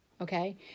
okay